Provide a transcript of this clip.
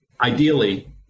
ideally